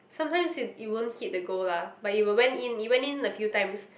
sometimes it you won't hit the goal lah but it will went in it went in a few times